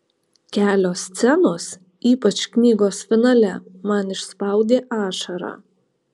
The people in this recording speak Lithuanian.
kelios scenos ypač knygos finale man išspaudė ašarą